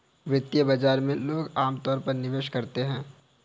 वित्तीय बाजार में लोग अमतौर पर निवेश करते हैं